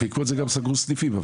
בעקבות זה סגרו סניפים.